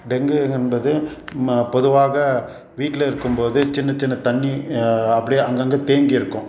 dengue என்பது ம பொதுவாக வீட்டில் இருக்கும் போது சின்ன சின்ன தண்ணி அப்படியே அங்கங்கே தேங்கி இருக்கும்